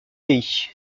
pays